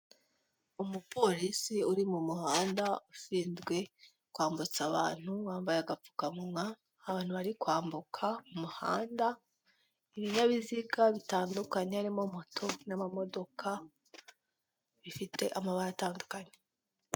Umupolisi uri mu muhanda ushinzwe kwambutsa abantu wambaye agapfukamunwa, abantu bari kwambuka umuhanda, ibinyabiziga bitandukanye harimo moto n'amamodoka bifite amabara atandukanye.